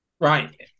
Right